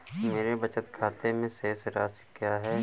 मेरे बचत खाते में शेष राशि क्या है?